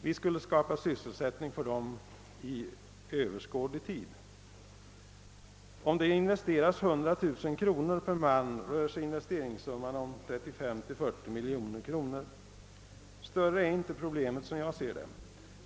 Vi skulle skapa sysselsättning för dem under Ööverskådlig tid. Om det investeras 100 000 kronor per man rör sig investeringssumman om 35—453 miljoner kronor. Större är inte problemet som jag ser det.